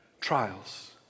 trials